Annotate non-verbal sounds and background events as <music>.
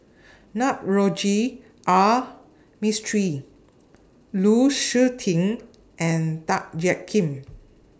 <noise> Navroji R Mistri Lu Suitin and Tan Jiak Kim